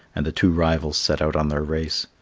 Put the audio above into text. and the two rivals set out on their race.